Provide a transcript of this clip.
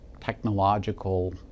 technological